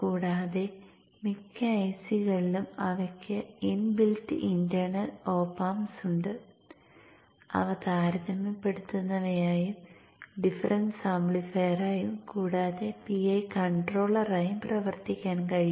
കൂടാതെ മിക്ക I C കളിലും അവയ്ക്ക് ഇൻബിൽറ്റ് ഇന്റേണൽ OpAmps ഉണ്ട് അവ താരതമ്യപ്പെടുത്തുന്നവയായും ഡിഫറൻസ് ആംപ്ലിഫയറായും കൂടാതെ PI കൺട്രോളറുകളായും പ്രവർത്തിക്കാൻ കഴിയും